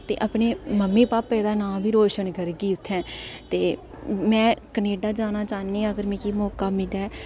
ते अपने मम्मी पापे दा नांऽ बी रोशन करगी इत्थै ते में कनेडा जाना चाह्न्नी आं अगर मिगी मौका मिलेआ